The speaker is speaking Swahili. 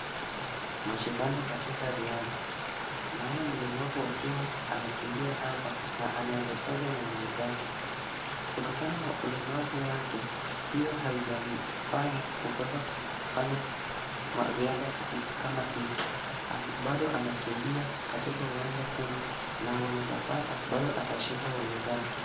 Mashindano katika riadha. Naona mlemavu akiwa anakimbia hapa na anaelekezwa na mwenzake. Kutokana na ulemavu wake hiyo haijamfanya kukosa kufanya riadha kama hii. Bado anakimbia katika uwanja huu na unaweza pata bado atashinda wenzake.